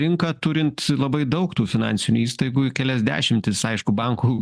rinką turint labai daug tų finansinių įstaigų kelias dešimtis aišku bankų